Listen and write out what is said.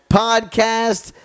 podcast